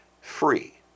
free